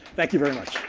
thank you very much.